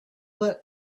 that